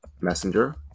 Messenger